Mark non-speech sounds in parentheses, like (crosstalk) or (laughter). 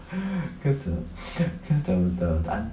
(noise) cause the (noise) cause the the aunty